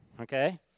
okay